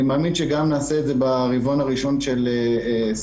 אני מאמין שנעשה את זה ברבעון הראשון של 21-20,